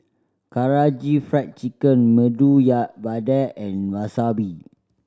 Karaage Fried Chicken Medu Vada and Wasabi